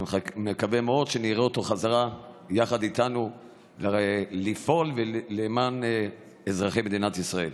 אני מקווה מאוד שנראה אותו חזרה יחד איתנו פועל למען אזרחי מדינת ישראל.